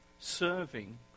Serving